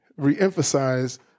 reemphasize